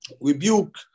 rebuke